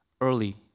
early